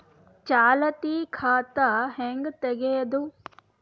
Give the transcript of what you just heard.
ಚಾಲತಿ ಖಾತಾ ಹೆಂಗ್ ತಗೆಯದು?